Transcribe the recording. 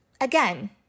again